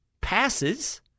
passes